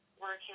working